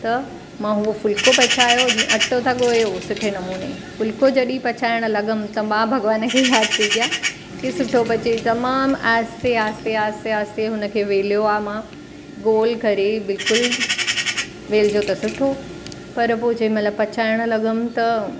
त मां उहो फुल्को पचायो जीअं अटो था ॻोयो सुठे नमूने फुल्को जॾहिं पचाइण लॻयमि त मां भॻवान खे यादि पेई कया की सुठो पचे तमामु आस्ते आस्ते आस्ते आस्ते हुनखे वेलयो आहे मां गोल करे बिल्कुलु वेलिजो त सुठो पर पोइ जंहिं महिल पचाइण लॻमि त